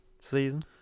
season